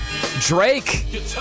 Drake